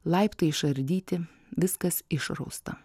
laiptai išardyti viskas išrausta